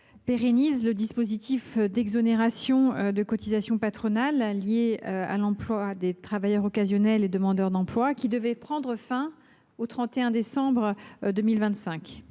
pérennise le dispositif d’exonération de cotisations patronales lié à l’emploi des travailleurs occasionnels demandeurs d’emploi, dispositif qui devait prendre fin au 31 décembre 2025,